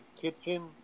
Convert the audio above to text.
Kitchen